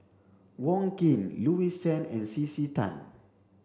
Wong Keen Louis Chen and C C Tan